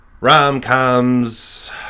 rom-coms